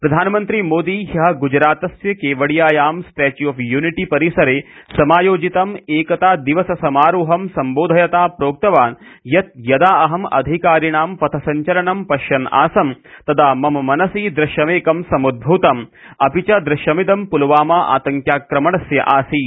प्रधानमन्त्री मोदी ह्यः ग़जरातस्य केवडियायां स्टेच्यू ऑफ युनिटी परिसरे समायोजितं एकता दिवस समारोहं सम्बोधयता प्रोक्तवान् यत् यदा अहं अधिकारिणां पथसश्वलनं पश्यन् आसम तदा मम मनसि द्रश्यमेकं समुद्भूतं अपि च द्रश्यमिदं पुलवामा आतङ्क्याक्रमणस्य आसीत्